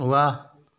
वाह